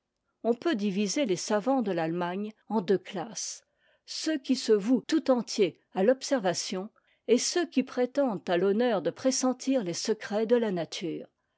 on peut diviser les savants de l'allemagne en deux classes ceux qui se vouent tout entiers a l'observation et ceux qui prétendent à l'honneur de pressentir les secrets de la nature